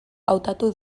hautatu